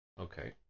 Okay